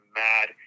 mad